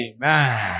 Amen